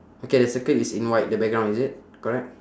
okay the circle is in white the background is it correct